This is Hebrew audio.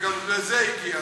שגם לזה הגיע הזמן.